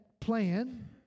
plan